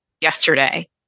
yesterday